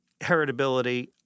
heritability